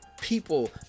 people